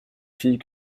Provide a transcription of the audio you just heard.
filles